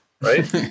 Right